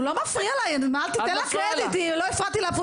לא הפרעתי אפילו